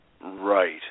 Right